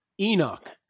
Enoch